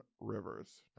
Rivers